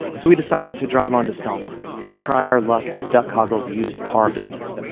so we decided to drive on to selma to try our luck at duck hoggle's used-car business.